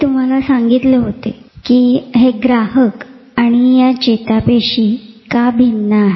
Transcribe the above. मी तुम्हाला सांगितले होते कि हे ग्राहक आणि या चेतापेशी का भिन्न आहे